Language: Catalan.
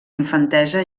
infantesa